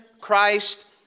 Christ